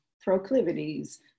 proclivities